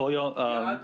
יש איזשהו מנעד?